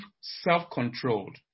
self-controlled